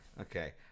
Okay